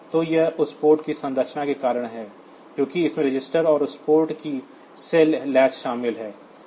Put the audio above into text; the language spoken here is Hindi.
तो यह उस पोर्ट की संरचना के कारण है क्योंकि इसमें ट्रांजिस्टर और उस पोर्ट की सेल लैच शामिल है